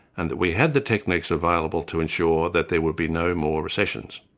and that we had the techniques available to ensure that there would be no more recessions.